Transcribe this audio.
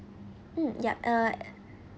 mm yup uh